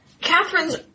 Catherine's